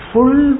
Full